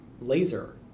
laser